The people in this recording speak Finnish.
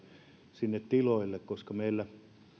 sinne tiloille koska meillä